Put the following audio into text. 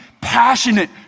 passionate